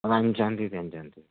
അത് അഞ്ചാം തീയതി അഞ്ചാം തീയതി